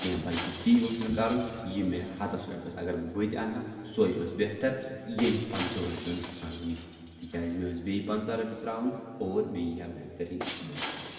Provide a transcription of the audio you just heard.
کینٛہہ بٔلکہِ تی اوس مےٚ کَرُن یہِ مےٚ ہَتَس رۄپیَس اگر بہٕ بٔتۍ اَنہٕ ہا سوے ٲس بہتر ییٚمہِ پنٛژٕہو رۄپیو نۄقصانو نِش تِکیٛازِ مےٚ ٲس بیٚیہِ پنٛژاہ رۄپیہِ ترٛاوُن اور مےٚ یی ہا بہتریٖن بٔتی اَکھ